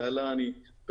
זה עלה עכשיו,